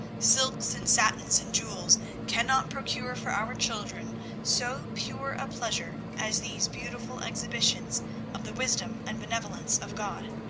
silks and satins and jewels cannot procure for our children so pure a pleasure as these beautiful exhibitions of the wisdom and benevolence of god.